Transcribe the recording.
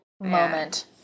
moment